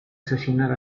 asesinar